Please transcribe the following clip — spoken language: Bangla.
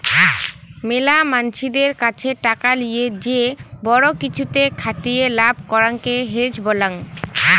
মেলা মানসিদের কাছে টাকা লিয়ে যে বড়ো কিছুতে খাটিয়ে লাভ করাঙকে হেজ বলাং